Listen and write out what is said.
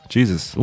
Jesus